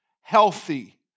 healthy